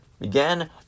began